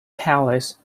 palace